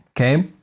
okay